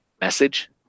Message